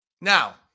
Now